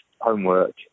homework